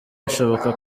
bishoboka